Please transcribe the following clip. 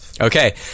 Okay